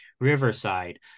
Riverside